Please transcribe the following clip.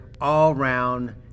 all-round